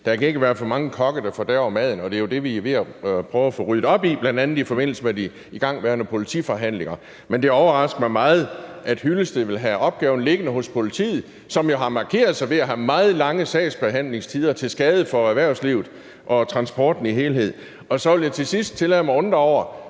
Der skal ikke være for mange kokke, der fordærver maden, og det er jo det, vi er ved at prøve at få ryddet op i, bl.a. i forbindelse med de igangværende politiforhandlinger. Men det overrasker mig meget, at Henning Hyllested vil have opgaven liggende hos politiet, som jo har markeret sig ved at have meget lange sagsbehandlingstider til skade for erhvervslivet og transporten som helhed. Så vil jeg til sidst tillade mig at undre mig over,